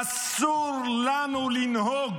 אסור לנו לנהוג